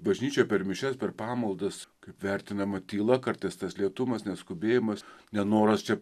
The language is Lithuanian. bažnyčia per mišias per pamaldas kaip vertinama tyla kartais tas lėtumas neskubėjimas nenoras čia